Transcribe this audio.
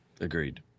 Agreed